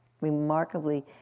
remarkably